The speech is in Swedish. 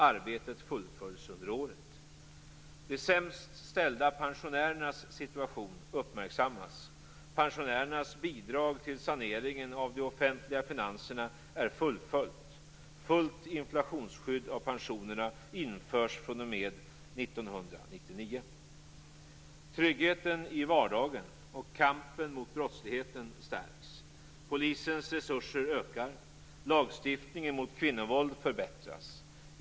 Arbetet fullföljs under året. De sämst ställda pensionärernas situation uppmärksammas. Pensionärernas bidrag till saneringen av de offentliga finanserna är fullföljt. Fullt inflationsskydd av pensionerna införs från och med 1999. Tryggheten i vardagen och kampen mot brottsligheten stärks. Polisens resurser ökar. Lagstiftningen mot kvinnovåld förbättras.